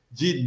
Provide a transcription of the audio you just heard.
de